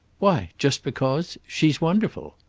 why just because! she's wonderful.